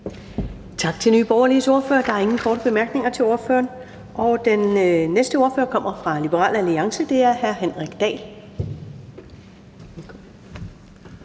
Tak til Nye Borgerliges ordfører. Der er ingen korte bemærkninger til ordføreren. Den næste ordfører kommer fra Liberal Alliance, og det er hr. Henrik Dahl.